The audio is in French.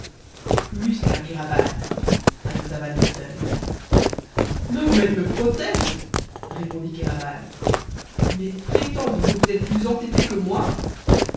plus qu'un kéraban ajouta van mitten mahomet me protège répondit kéraban mais prétendre que vous êtes plus entêté que moi